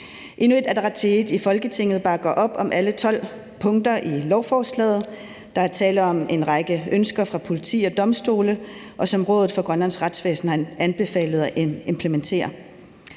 Inuit Ataqatigiit i Folketinget bakker op om alle 12 punkter i lovforslaget. Der er tale om en række ønsker fra politiet og domstolene, som Rådet for Grønlands Retsvæsen har anbefalet at implementere.